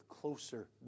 closer